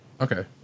Okay